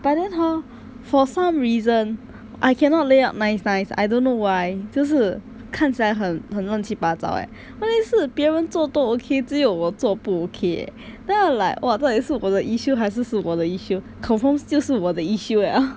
but then hor for some reason I cannot lay out nice nice I don't know why 就是看起来很很乱七八糟问题是别人做都 okay 只有我做不 okay eh then I'm like !wah! 这里是不的 issue 还是是我的 issue confirm 就是我的 issue 了